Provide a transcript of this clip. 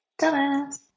Dumbass